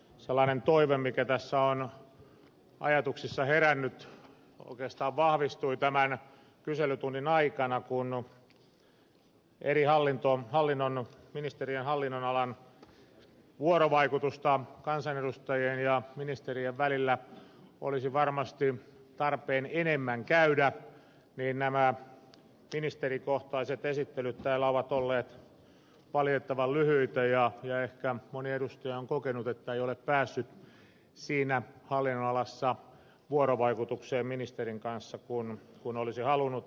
sellainen toive mikä tässä on ajatuksissa herännyt oikeastaan vahvistui tämän kyselytunnin aikana kun eri ministeriöiden hallinnonalan vuorovaikutusta kansanedustajien ja ministerien välillä olisi varmasti tarpeen enemmän käydä ja nämä ministerikohtaiset esittelyt täällä ovat olleet valitettavan lyhyitä jolloin ehkä moni edustaja on kokenut että ei ole päässyt siinä hallinnonalassa vuorovaikutukseen ministerin kanssa niin kuin olisi halunnut